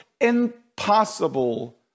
impossible